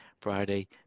friday